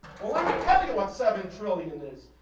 well, let's me tell you what seven trillion is.